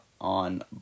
on